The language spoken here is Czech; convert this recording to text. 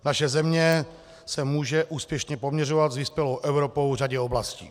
Naše země se může úspěšně poměřovat s vyspělou Evropou v řadě oblastí.